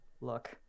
look